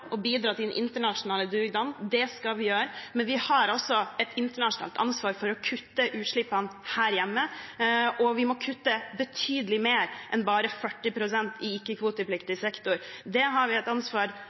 å bidra til den internasjonale dugnaden. Det skal vi gjøre, men vi har et internasjonalt ansvar for å kutte utslippene her hjemme, og vi må kutte betydelig mer enn bare 40 pst. i